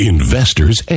Investor's